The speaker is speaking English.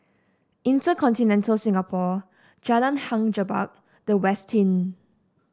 InterContinental Singapore Jalan Hang Jebat The Westin